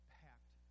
packed